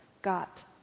got